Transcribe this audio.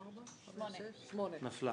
נפלה.